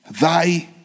Thy